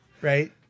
right